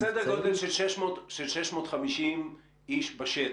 זה סדר גודל של 650 איש בשטח.